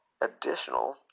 Additional